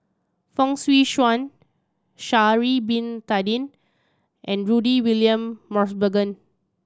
Fong Swee Suan Sha'ari Bin Tadin and Rudy William Mosbergen